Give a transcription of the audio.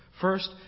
First